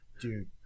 dude